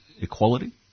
equality